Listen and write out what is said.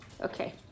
Okay